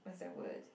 what's that word